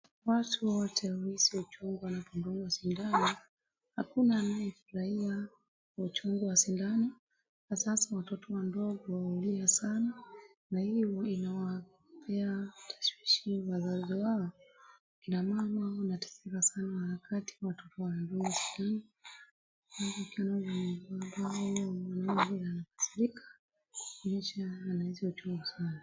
Watu wote hu hisi uchungu wanapodungwa sindano. Hakuna anayefurahia uchungu wa sindano. Hasa hasa watoto wadogo hulia sana na hii huwa inawapa tashwishi wazazi wao. Kina mama wanateseka sana wakati watoto hulia wao anaumia, wanasikitika. Hii ni ishara ya uchungu sana.